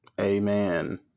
Amen